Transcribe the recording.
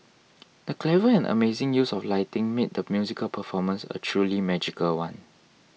the clever and amazing use of lighting made the musical performance a truly magical one